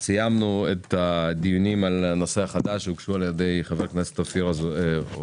סיימנו את הדיונים על טענת הנושא החדש שהוגשה על ידי חבר הכנסת אופיר